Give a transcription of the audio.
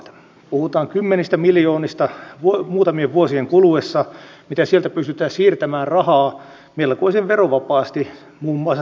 puhutaan kymmenistä miljoonista muutamien vuosien kuluessa mitä sieltä pystyttäisiin siirtämään rahaa melkoisen verovapaasti muun muassa sosialidemokraattien vaalityöhön